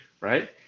right